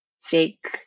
fake